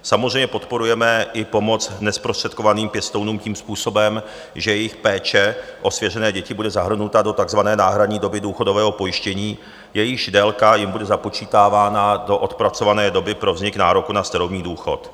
Samozřejmě podporujeme i pomoc nezprostředkovaným pěstounům tím způsobem, že jejich péče o svěřené děti bude zahrnuta do takzvané náhradní doby důchodového pojištění, jejíž délka jim bude započítávána do odpracované doby pro vznik nároku na starobní důchod.